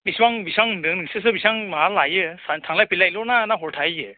बेसेबां बेसेबां होनदों नोंसोरसो बेसेबां माबा लायो थांलाय फैलाय ल'ना ना हर थाहैयो